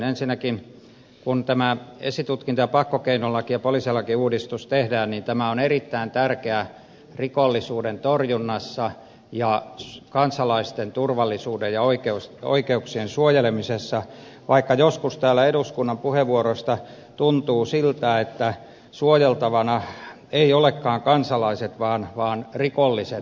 ensinnäkin kun tämä esitutkinta ja pakkokeinolaki ja poliisilakiuudistus tehdään tämä on erittäin tärkeää rikollisuuden torjunnassa ja kansalaisten turvallisuuden ja oikeuksien suojelemisessa vaikka joskus täällä eduskunnan puheenvuoroista päätellen tuntuu siltä että suojeltavina eivät olekaan kansalaiset vaan rikolliset